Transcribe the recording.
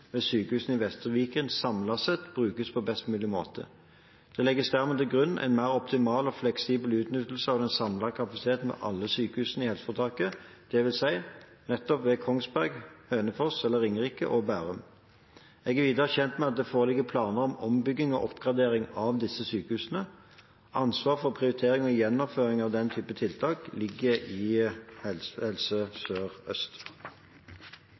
ved sykehuset i Vestre Viken samlet sett brukes på best mulig måte. Det legges dermed til grunn en mer optimal og fleksibel utnyttelse av samlet kapasitet ved alle sykehusene i helseforetaket, dvs. nettopp ved Kongsberg, Hønefoss, eller Ringerike, og Bærum. Jeg er videre kjent med at det foreligger planer for ombygging og oppgradering av disse sykehusene. Ansvar for prioritering og gjennomføring av slike tiltak ligger i Helse